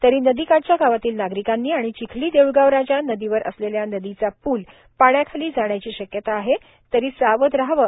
तरी नदी काठच्या गावांतील नागरिकांनी आणि चिखली देऊळगाव राजा नदीवर असलेल्या नदीचा पूल पाण्याखाली जाण्याची शक्यता आहे तरी सावध राहावे